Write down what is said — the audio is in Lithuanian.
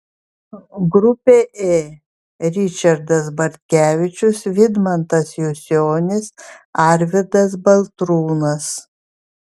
grupė ė ričardas bartkevičius vidmantas jusionis arvydas baltrūnas